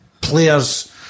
Players